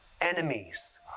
enemies